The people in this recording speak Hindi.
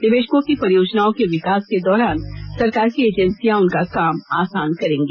निवेशकों की परियोजनाओं को विकास के दौरान सरकार की एजेंसियां उनका काम आसान करेंगी